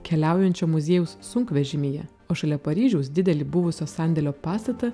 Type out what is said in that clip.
keliaujančio muziejaus sunkvežimyje o šalia paryžiaus didelį buvusio sandėlio pastatą